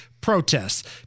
protests